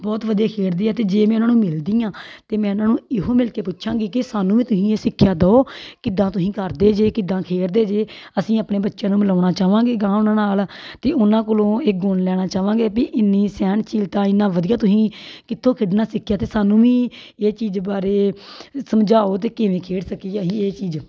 ਬਹੁਤ ਵਧੀਆ ਖੇਡਦੇ ਆ ਅਤੇ ਜੇ ਮੈਂ ਉਹਨਾਂ ਨੂੰ ਮਿਲਦੀ ਹਾਂ ਤਾਂ ਮੈਂ ਉਹਨਾਂ ਨੂੰ ਇਹੋ ਮਿਲਕੇ ਪੁੱਛਾਂਗੀ ਕਿ ਸਾਨੂੰ ਵੀ ਤੁਸੀਂ ਇਹ ਸਿੱਖਿਆ ਦਿਓ ਕਿੱਦਾਂ ਤੁਸੀਂ ਕਰਦੇ ਜੇ ਕਿੱਦਾਂ ਖੇਡਦੇ ਜੇ ਅਸੀਂ ਆਪਣੇ ਬੱਚਿਆਂ ਨੂੰ ਮਿਲਾਉਣਾ ਚਾਹਵਾਂਗੇ ਅਗਾਂਹ ਉਹਨਾਂ ਨਾਲ ਅਤੇ ਉਹਨਾਂ ਕੋਲੋਂ ਇਹ ਗੁਣ ਲੈਣਾ ਚਾਹਵਾਂਗੇ ਵੀ ਇੰਨੀ ਸਹਿਨਸ਼ੀਲਤਾ ਇੰਨਾਂ ਵਧੀਆ ਤੁਸੀਂ ਕਿੱਥੋਂ ਖੇਡਣਾ ਸਿੱਖਿਆ ਅਤੇ ਸਾਨੂੰ ਵੀ ਇਹ ਚੀਜ਼ ਬਾਰੇ ਸਮਝਾਓ ਅਤੇ ਕਿਵੇਂ ਖੇਡ ਸਕੀਏ ਅਸੀਂ ਇਹ ਚੀਜ਼